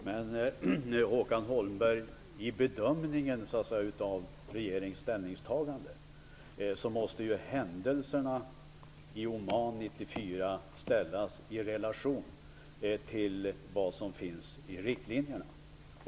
Fru talman! Men, Håkan Holmberg, i bedömningen av regerings ställningstagande måste ju händelserna i Oman 1994 ses i relation till det som finns i riktlinjerna.